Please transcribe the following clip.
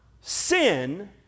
sin